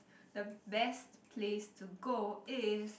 the best place to go is